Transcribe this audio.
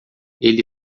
ele